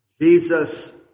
Jesus